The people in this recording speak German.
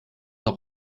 auch